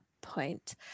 point